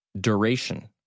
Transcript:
Duration